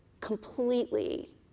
completely